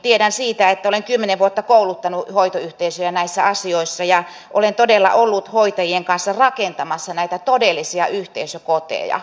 tiedän siitä että olen kymmenen vuotta kouluttanut hoitoyhteisöjä näissä asioissa ja olen todella ollut hoitajien kanssa rakentamassa näitä todellisia yhteisökoteja